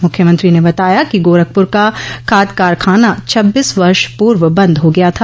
मुख्यमंत्री ने बताया कि गोरखपुर का खाद कारखाना छब्बीस वर्ष पूर्व बंद हो गया था